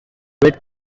great